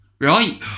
right